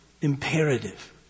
imperative